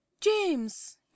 James